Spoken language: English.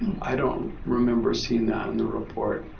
i don't remember seeing that in the report.